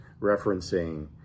referencing